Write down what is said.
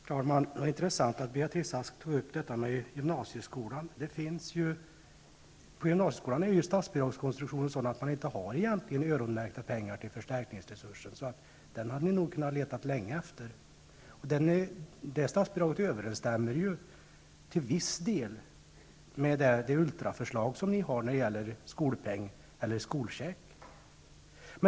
Herr talman! Det var intressant att Beatrice Ask tog upp frågan om gymnasieskolan. Inom gymnasieskolan är statsbidragets konstruktion sådant att man egentligen inte har öronmärkta pengar till förstärkningsresursen. Den hade ni kunnat få leta länge efter. Det statsbidraget överensstämmer till viss del med det ultraförslag som ni har när det gäller skolpeng eller skolcheck.